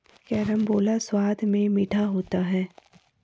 carambola स्वाद में मीठा होता है